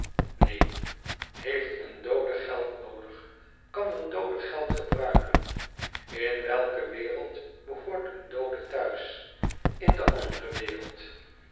tneen heeft een doode geld noodig kan een doode geld gebruiken in welke wereld behoort een doode thuis in de andere wereld